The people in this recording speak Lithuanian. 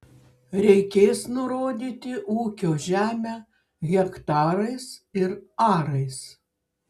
reikės nurodyti ūkio žemę hektarais ir arais